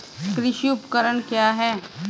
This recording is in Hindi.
कृषि उपकरण क्या है?